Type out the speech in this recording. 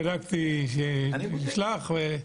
בדקתי שזה נשלח.